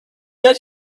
does